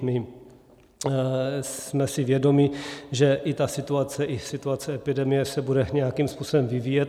My jsme si vědomi, že i ta situace i situace epidemie se bude nějakým způsobem vyvíjet.